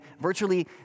virtually